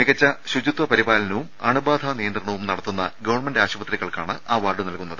മികച്ച ശുചിത്വ പരിപാലനവും അണുബാധ നിയന്ത്രണവും നടത്തുന്ന ഗവൺമെന്റ് ആശു പത്രികൾക്കാണ് അവാർഡ് നൽകുന്നത്